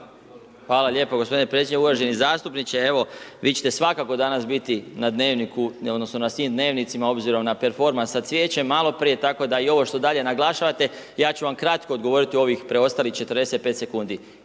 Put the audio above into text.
Hvala lijepo gospodine predsjedniče, uvaženi zastupniče, evo, vi ćete svakako danas biti na dnevniku, odnosno, na svim dnevnicima, obzirom na performans s cvijećem, maloprije, tako, da i ovo što dalje naglašavate, ja ću vam kratko odgovoriti u ovih preostalih 45 sec.